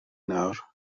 nawr